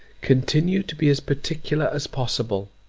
continue to be as particular as possible.